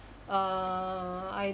err I